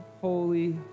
holy